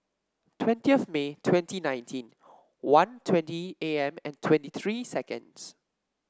twentieth May twenty nineteen one twenty A M and twenty three seconds